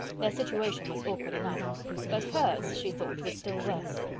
their situation was awkward enough but hers she thought was still worse.